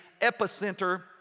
epicenter